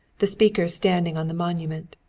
the speakers standing on the monument.